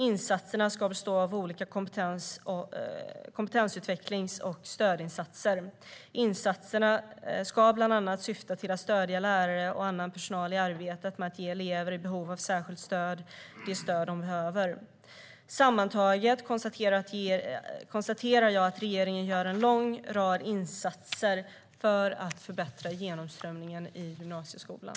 Insatserna ska bestå av olika kompetensutvecklings och stödinsatser. Insatserna ska bland annat syfta till att stödja lärare och annan personal i arbetet med att ge elever i behov av särskilt stöd det stöd de behöver. Sammantaget konstaterar jag att regeringen gör en lång rad insatser för att förbättra genomströmningen i gymnasieskolan.